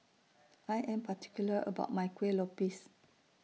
I Am particular about My Kueh Lopes